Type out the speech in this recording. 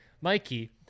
Mikey